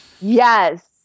yes